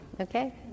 Okay